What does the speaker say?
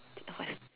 you don't have